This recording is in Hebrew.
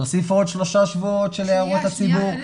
תוסיפו עוד שלושה שבועות של הערות הציבור.